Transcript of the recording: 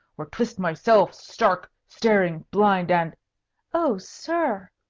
or twist myself stark, staring blind and oh, sir!